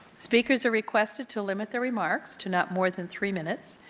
speakers are requested to limit their remarks to no more than three minutes.